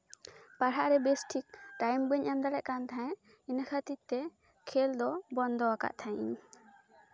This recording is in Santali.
ᱯᱟᱲᱦᱟᱜᱨᱮ ᱵᱮᱥᱴᱷᱤᱠ ᱴᱟᱭᱤᱢ ᱵᱟᱹᱧ ᱮᱢ ᱫᱟᱲᱮᱭᱟᱜ ᱛᱟᱦᱮᱸᱫ ᱤᱱᱟᱹ ᱠᱷᱟᱹᱛᱤᱨ ᱛᱮ ᱠᱷᱮᱞ ᱫᱚ ᱵᱚᱱᱫᱚ ᱟᱠᱟᱫ ᱛᱟᱦᱮᱱᱤᱧ